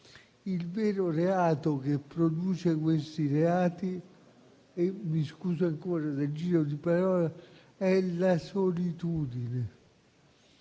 il vero reato che produce questi reati - e mi scuso ancora del giro di parole - è la solitudine.